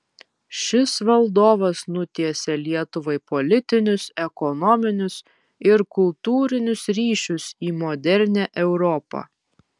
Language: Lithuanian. šis valdovas nutiesė lietuvai politinius ekonominius ir kultūrinius ryšius į modernią europą